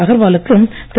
அகர்வா லுக்கு திரு